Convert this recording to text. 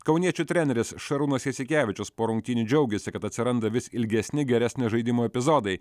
kauniečių treneris šarūnas jasikevičius po rungtynių džiaugėsi kad atsiranda vis ilgesni geresnio žaidimo epizodai